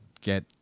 get